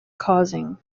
causing